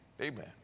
Amen